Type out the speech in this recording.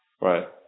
Right